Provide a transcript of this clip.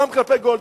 גם כלפי גולדסטון,